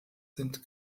sind